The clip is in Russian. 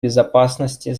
безопасности